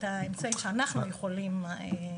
אם יש